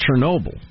Chernobyl